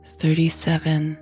thirty-seven